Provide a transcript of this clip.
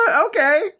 Okay